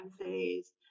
phase